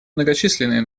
многочисленные